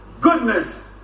Goodness